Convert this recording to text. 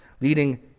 leading